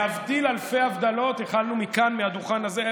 להבדיל אלפי הבדלות, איחלנו מכאן, מהדוכן הזה,